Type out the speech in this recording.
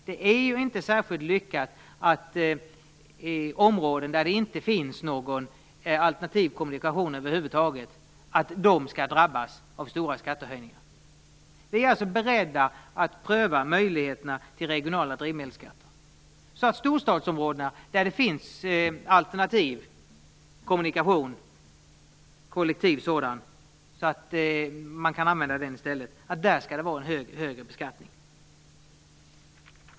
Det är inte särskilt lyckat att de som bor i områden där det inte finns någon alternativ kommunikation över huvud taget skall drabbas av stora skattehöjningar. Vi är alltså beredda att pröva möjligheterna till regionala drivmedelsskatter. I storstadsområdena, där det finns alternativ, kollektiv kommunikation som kan användas, skall det alltså vara högre beskattning.